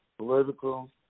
political